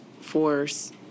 force